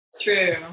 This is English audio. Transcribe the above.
True